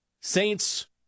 Saints